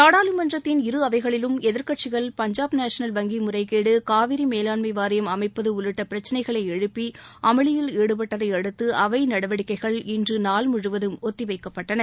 நாடாளுமன்றத்தின் இரு அவைகளிலும் எதிர்க்கட்சிகள் பஞ்சாப் நேஷனல் வங்கி முறைகேடு காவிரி மேலாண்ம வாரியம் அமைப்பது உள்ளிட்ட பிரச்சனைகளை எழுப்பி அமளியில் ஈடுபட்டதை அடுத்து அவை நடவடிக்கைகள் இன்று நாள் முழுவதும் ஒத்திவைக்கப்பட்டன